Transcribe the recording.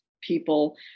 people